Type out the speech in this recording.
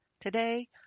Today